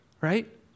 right